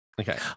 Okay